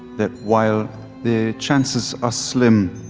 that while the chances are slim,